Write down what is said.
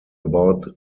about